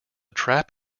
trap